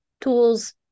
tools